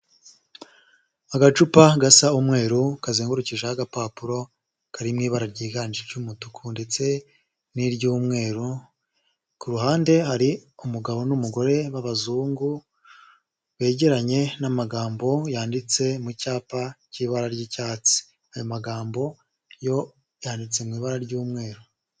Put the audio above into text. Agacupa gasa umweru kazengurukijeho agapapuro karirimo ibara ryiganje ry'umutuku ndetse n'iry'umweru, ku ruhande hari umugabo n'umugore b'abazungu begeranye n'amagambo yanditse mu cyapa cy'ibara ry'icyatsi, aya magambo yo yanditse mu ibara ry'umweru.